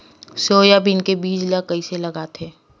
Soybean के बीज ल कइसे लगाथे?